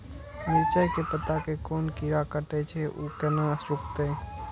मिरचाय के पत्ता के कोन कीरा कटे छे ऊ केना रुकते?